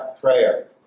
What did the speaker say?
prayer